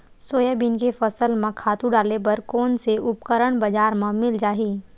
Soybean के फसल म खातु डाले बर कोन से उपकरण बजार म मिल जाहि?